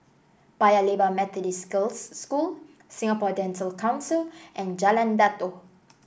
Paya Lebar Methodist Girls' School Singapore Dental Council and Jalan Datoh